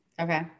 Okay